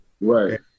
Right